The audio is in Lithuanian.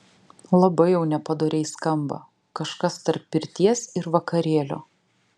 labai jau nepadoriai skamba kažkas tarp pirties ir vakarėlio